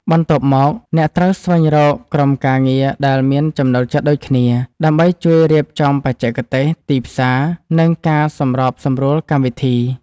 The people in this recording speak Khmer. បន្ទាប់មក អ្នកត្រូវស្វែងរកក្រុមការងារដែលមានចំណូលចិត្តដូចគ្នា ដើម្បីជួយរៀបចំបច្ចេកទេស ទីផ្សារ និងការសម្របសម្រួលកម្មវិធី។